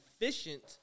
efficient